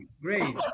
great